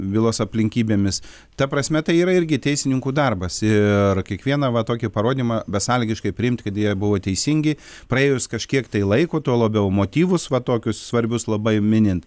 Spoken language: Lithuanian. bylos aplinkybėmis ta prasme tai yra irgi teisininkų darbas ir kiekvieną va tokį parodymą besąlygiškai priimti kad jie buvo teisingi praėjus kažkiek laiko tuo labiau motyvus va tokius svarbius labai minint